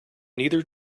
neither